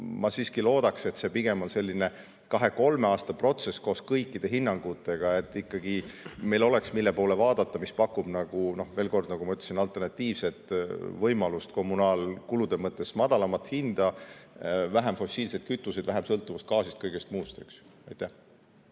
ma siiski loodan, et see pigem on selline kahe-kolme aasta protsess koos kõikide hinnangutega. Meil oleks, mille poole vaadata, mis pakub veel kord, nagu ma ütlesin, alternatiivset võimalust kommunaalkulude mõttes, madalamat hinda, vähem fossiilseid kütuseid, vähem sõltuvust gaasist, kõigest muust. Tarmo